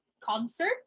concert